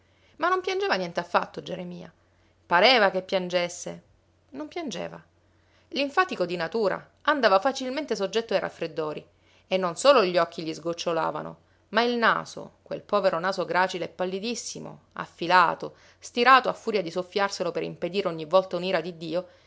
ma non piangeva nient'affatto geremia pareva che piangesse non piangeva linfatico di natura andava facilmente soggetto ai raffreddori e non solo gli occhi gli sgocciolavano ma il naso quel povero naso gracile e pallidissimo affilato stirato a furia di soffiarselo per impedire ogni volta un'ira di dio